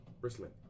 bristling